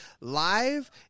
live